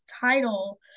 title